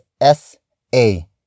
S-A